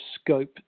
scope